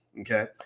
Okay